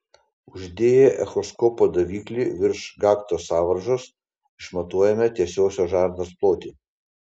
uždėję echoskopo daviklį virš gaktos sąvaržos išmatuojame tiesiosios žarnos plotį